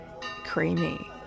creamy